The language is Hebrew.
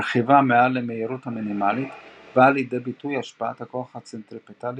ברכיבה מעל למהירות המינימלית באה לידי ביטוי השפעת הכוח הצנטריפטלי